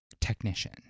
Technician